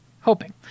Hoping